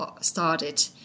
started